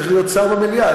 צריך להיות שר במליאה.